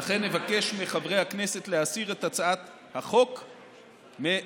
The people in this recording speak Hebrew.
לכן נבקש מחברי הכנסת להסיר את הצעת החוק מסדר-היום.